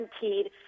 guaranteed